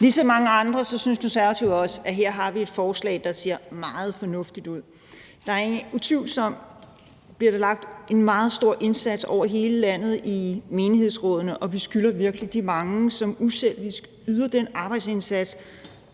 Ligesom mange andre synes Konservative også, at her har vi et forslag, der ser meget fornuftigt ud. Der bliver utvivlsomt lagt en meget stor indsats i menighedsrådene over hele landet, og vi skylder virkelig de mange, som uselvisk yder den arbejdsindsats,